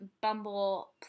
Bumble